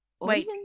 Wait